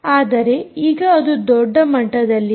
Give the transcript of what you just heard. ಆದರೆ ಈಗ ಅದು ದೊಡ್ಡ ಮಟ್ಟದಲ್ಲಿದೆ